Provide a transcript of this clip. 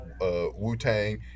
Wu-Tang